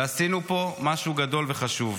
עשינו פה משהו גדול וחשוב.